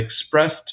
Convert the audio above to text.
expressed